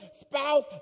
spouse